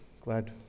Glad